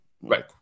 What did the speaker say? right